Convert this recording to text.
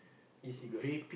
E-cigarette